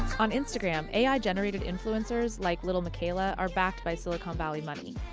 on instagram, a i. generated influencers like lilmiquela are backed by silicon valley money.